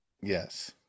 yes